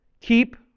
keep